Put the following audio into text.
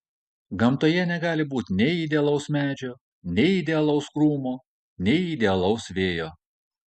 gamtoje negali būti nei idealaus medžio nei idealaus krūmo nei idealaus vėjo